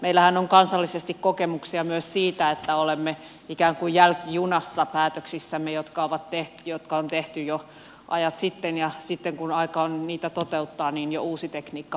meillähän on kansallisesti kokemuksia myös siitä että olemme ikään kuin jälkijunassa päätöksissämme jotka on tehty jo ajat sitten ja sitten kun aika on niitä toteuttaa niin jo uusi tekniikka painaa päälle